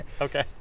okay